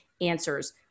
answers